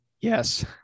Yes